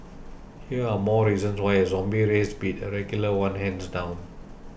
here are more reasons why a zombie race beat a regular one hands down